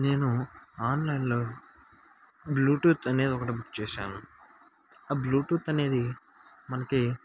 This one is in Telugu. నేను ఆన్లైన్లో బ్లూటూత్ అనే ఒకటి బుక్ చేసాను ఆ బ్లూటూత్ అనేది మనకి